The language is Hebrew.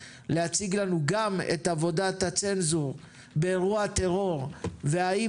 כבר תתכוננו להציג לנו גם את עבודת הצנזור באירוע טרור והאם